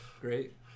great